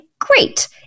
Great